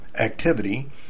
activity